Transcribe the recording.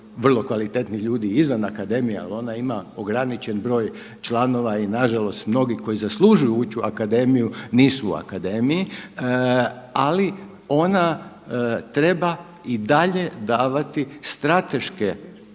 vrlo kvalitetnih ljudi i izvan akademije ali ona ima ograničen broj članova i nažalost mnogi koji zaslužuju ući u akademiju nisu u akademiji, ali ona treba i dalje davati strateške smjerove